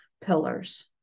pillars